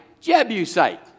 Jebusite